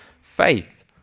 faith